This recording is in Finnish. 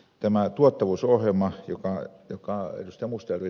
sitten tuottavuusohjelma jukka aiottukaan edusta muster